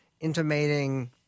intimating